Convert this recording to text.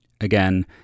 Again